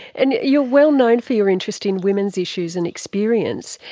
and you're well known for your interest in women's issues and experience.